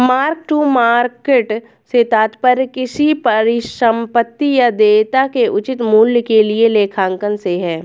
mark to market से तात्पर्य किसी परिसंपत्ति या देयता के उचित मूल्य के लिए लेखांकन से है